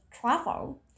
travel